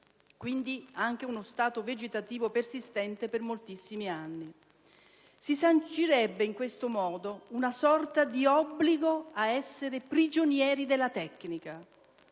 quindi anche uno stato vegetativo persistente per moltissimi anni. Si sancirebbe in questo modo una sorta di obbligo ad essere prigionieri della tecnica.